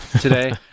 today